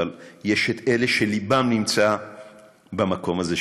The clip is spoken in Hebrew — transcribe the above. ישנם אלה שליבם נמצא במקום הזה,